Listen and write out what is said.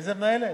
איזה מנהלת?